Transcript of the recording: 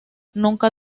nunca